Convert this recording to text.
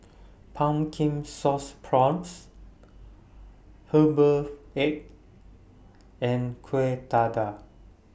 Pumpkin Sauce Prawns Herbal Egg and Kueh Dadar